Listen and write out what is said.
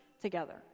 together